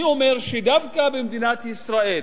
אני אומר שדווקא במדינת ישראל